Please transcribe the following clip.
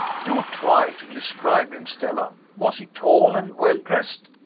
do try to describe him, stella. was he tall and well dressed?